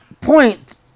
point